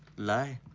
lie!